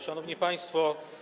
Szanowni Państwo!